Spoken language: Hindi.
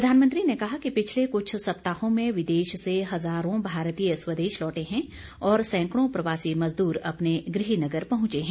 प्रधानमंत्री ने कहा कि पिछले कुछ सप्ताहों में विदेश से हजारों भारतीय स्वदेश लौटे हैं और सैकडों प्रवासी मजदूर अपने गृह नगर पहुंचे हैं